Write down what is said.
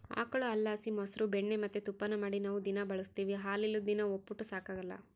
ಆಕುಳು ಹಾಲುಲಾಸಿ ಮೊಸ್ರು ಬೆಣ್ಣೆ ಮತ್ತೆ ತುಪ್ಪಾನ ಮಾಡಿ ನಾವು ದಿನಾ ಬಳುಸ್ತೀವಿ ಹಾಲಿಲ್ಲುದ್ ದಿನ ಒಪ್ಪುಟ ಸಾಗಕಲ್ಲ